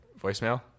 voicemail